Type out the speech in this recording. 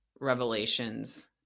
revelations